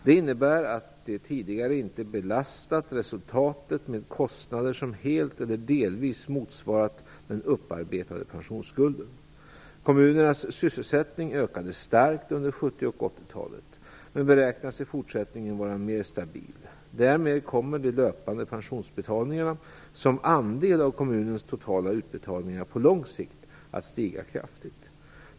Det innebär att de tidigare inte belastat resultatet med kostnader som helt eller delvis motsvarat den upparbetade pensionsskulden. Kommunernas sysselsättning ökade starkt under 70 och 80-talet men beräknas i fortsättningen vara mer stabil. Därmed kommer de löpande pensionsbetalningarna som andel av kommunens totala utbetalningar på lång sikt att stiga kraftigt.